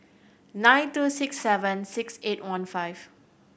nine two six seven six eight one five